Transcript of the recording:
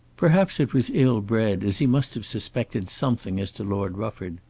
perhaps it was ill-bred, as he must have suspected something as to lord rufford.